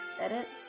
edit